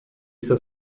está